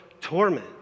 torment